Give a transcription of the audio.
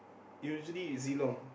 usually is Zilong